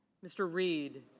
mr. reed.